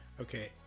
Okay